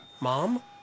Mom